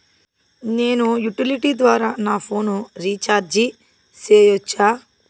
నేను యుటిలిటీ ద్వారా నా ఫోను రీచార్జి సేయొచ్చా?